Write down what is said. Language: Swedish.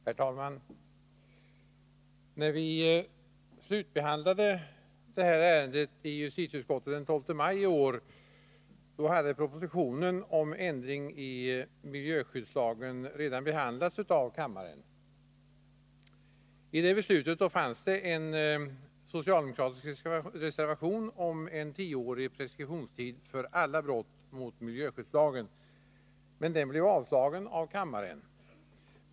Herr talman! När vi slutbehandlade det här ärendet i justitieutskottet den 12 maj i år hade propositionen om ändring i miljöskyddslagen redan behandlats av kammaren. I samband med det beslutet fanns det en socialdemokratisk reservation om en tioårig preskriptionstid för alla brott mot miljöskyddslagen, men den blev avslagen av kammaren.